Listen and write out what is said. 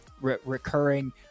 recurring